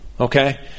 Okay